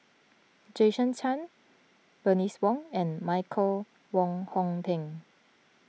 Jason Chan Bernice Wong and Michael Wong Hong Teng